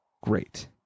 great